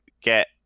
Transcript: get